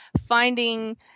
finding